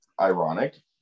ironic